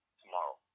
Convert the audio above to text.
tomorrow